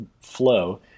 flow